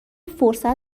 فرصت